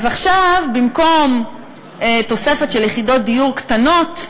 אז עכשיו, במקום תוספת של יחידות דיור קטנות,